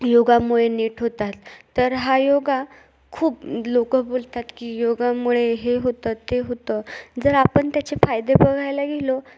योगामुळे नीट होतात तर हा योगा खूप लोक बोलतात की योगामुळे हे होतं ते होतं जर आपण त्याचे फायदे बघायला गेलो